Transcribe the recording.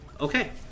Okay